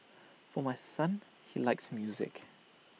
for my son he likes music